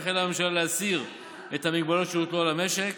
הטילה ממשלה הגבלות משמעותיות,